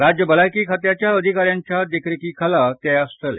राज्य भलायकी खात्याच्या अधिका यांच्या देखरेखी खाला ते आसतले